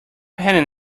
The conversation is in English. had